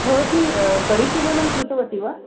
भवती परिशीलनं कृतवती वा